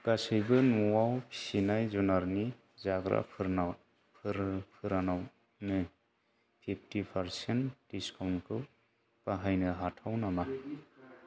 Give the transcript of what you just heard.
गासैबो न'आव फिसिनाय जुनारनि जाग्राफोरावनो फिफटि पारसेन्ट डिसकाउन्टखौ बाहायनो हाथाव नामा